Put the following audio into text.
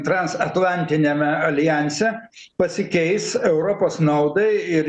transatlantiniame aljanse pasikeis europos naudai ir